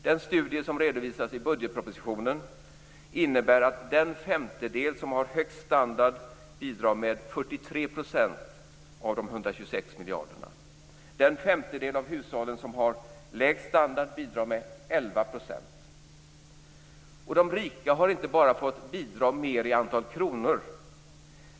Den studie som redovisas i budgetpropositionen innebär att den femtedel som har högst standard bidrar med 43 % av de 126 miljarderna. Den femtedel som har lägst standard bidrar med 11 %. De rika har inte bara fått bidra mer i antal kronor.